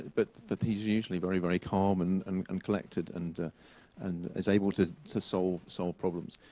but he's usually very very calm and and and collected. and ah and is able to to solve solve problems.